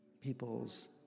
people's